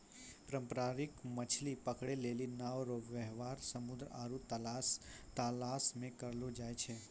पारंपरिक मछली पकड़ै लेली नांव रो वेवहार समुन्द्र आरु तालाश मे करलो जाय छै